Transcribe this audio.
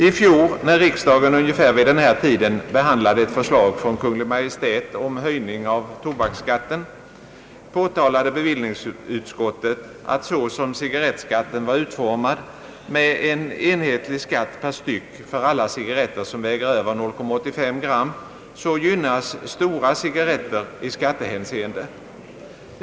I fjol, när riksdagen ungefär vid den här tiden behandlade ett förslag från Kungl. Maj:t om höjning av tobaksskatten, påtalade bevillningsutskottet, att så som cigarrettskatten var utformad, med en enhetlig skatt per styck för alla cigarretter som väger över 0,85 gram, gynnas stora cigarretter i skattehänseende.